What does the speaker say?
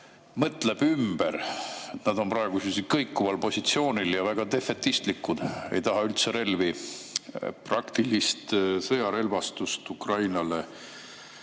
mõtleb ümber? Nad on praegu sellisel kõikuval positsioonil ja väga defetistlikud, ei taha üldse relvi, praktilist sõjarelvastust Ukrainale